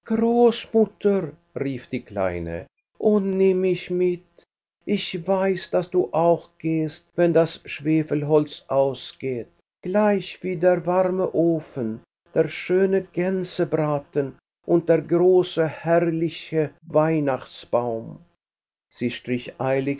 großmutter rief die kleine o nimm mich mit ich weiß daß du auch gehst wenn das schwefelholz ausgeht gleichwie der warme ofen der schöne gänsebraten und der große herrliche weihnachtsbaum sie strich